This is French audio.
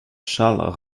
charles